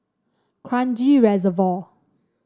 Kranji Reservoir